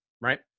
right